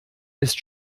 ist